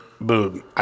boom